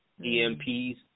EMPs